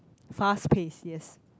fast paced yes